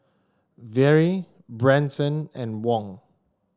Vere Branson and Wong